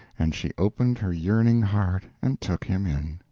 and she opened her yearning heart and took him in.